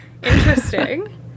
Interesting